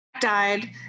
died